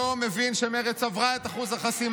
הבין היום שמרצ עברה את אחוז החסימה,